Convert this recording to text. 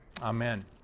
amen